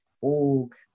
org